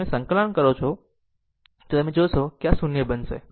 જો તમે સંકલન કરો છો તો તમે જોશો કે આ 0 બનશે